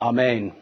Amen